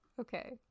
Okay